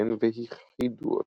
שייתכן והכחידו אותו.